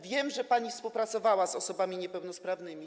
Wiem, że pani współpracowała z osobami niepełnosprawnymi.